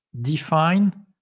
define